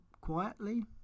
quietly